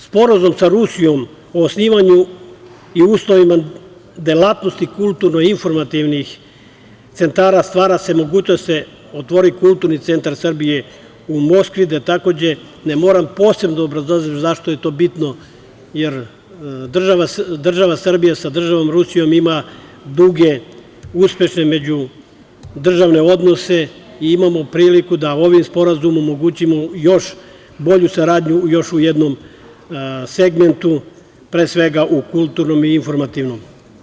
Sporazum sa Rusijom o osnivanju i uslovima delatnosti kulturno-informativnih centara stvara se mogućnost da se otvori kulturni centar Srbije u Moskvi, gde takođe ne moram posebno da obrazlažem zašto je to bitno, jer država Srbija sa državom Rusijom ima duge uspešne međudržavne odnose i imamo priliku da ovim sporazumom omogućimo još bolju saradnju u još jednom segmentu, pre svega u kulturnom i informativnom.